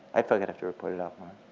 i feel like i'd have to report it out